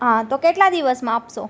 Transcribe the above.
હા તો કેટલા દિવસમાં આપશો